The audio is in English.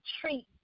treat